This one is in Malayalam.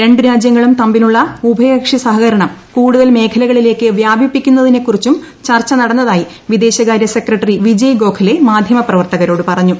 രണ്ടു രാജ്യങ്ങളും തമ്മിലുള്ള ഉഭയകക്ഷി സഹകരണം കൂടുതൽ മേഖലകളിലേക്ക് വ്യാപിപ്പിക്കുന്നതിനെക്കുറിച്ചും ചർച്ച നടന്നതായി വിദേശകാര്യ സെക്രട്ടറി ് വിജയ് ഗോഖലെ മാധ്യമപ്രവർത്തകരോട് പറഞ്ഞു